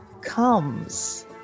comes